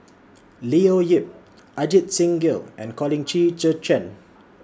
Leo Yip Ajit Singh Gill and Colin Qi Zhe Quan